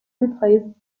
replaced